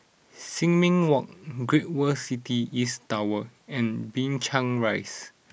Sin Ming Walk Great World City East Tower and Binchang Rise